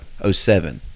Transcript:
07